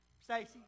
Stacy